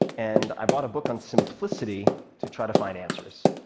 and i bought a book on simplicity to try to find answers.